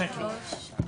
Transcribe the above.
אגב,